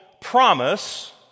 promise